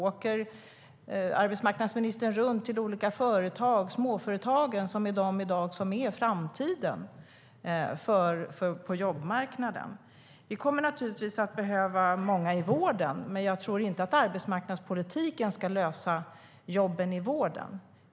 Åker arbetsmarknadsministern runt till de olika småföretag som är framtiden på jobbmarknaden? Vi kommer naturligtvis att behöva många i vården, men jag tror inte att arbetsmarknadspolitiken ska lösa jobben inom vården.